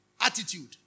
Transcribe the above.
attitude